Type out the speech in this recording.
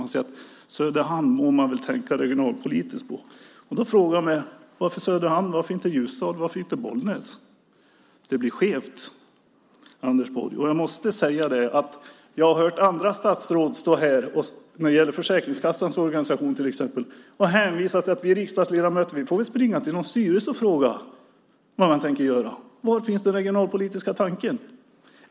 Man säger att Söderhamn må man väl tänka regionalpolitiskt på. Då frågar jag mig: Varför Söderhamn? Varför inte Ljusdal? Varför inte Bollnäs? Det blir skevt, Anders Borg. Jag har hört andra statsråd stå här, när det gäller Försäkringskassans organisation till exempel, och hänvisa till att vi riksdagsledamöter får springa till någon styrelse och fråga vad man tänker göra. Var finns den regionalpolitiska tanken?